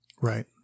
Right